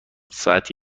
ساعت